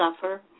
suffer